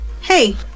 Hey